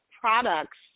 products